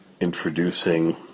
introducing